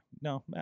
No